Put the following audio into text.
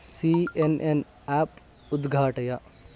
C N N app उद्घाटय